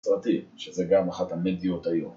סרטים, שזה גם אחת המדיות היום